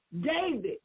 David